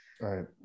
Right